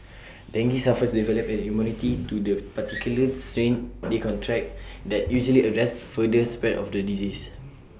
dengue sufferers develop an immunity to the particular strain they contract that usually arrests further spread of the disease